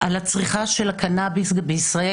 על הצריכה של הקנאביס בישראל,